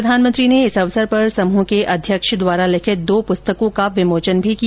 प्रधानमंत्री ने इस अवसर पर समुह के अध्यक्ष द्वारा लिखित दो पुस्तकों का विमोचन भी किया